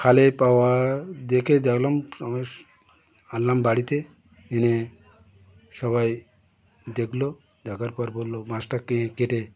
খালে পাওয়া দেখে দেখলাম আনলাম বাড়িতে এনে সবাই দেখল দেখার পর বলল মাছটা কেটে